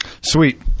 Sweet